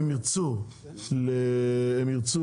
הם ירצו